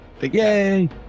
yay